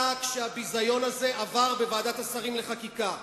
כשהביזיון הזה עבר בוועדת השרים לחקיקה.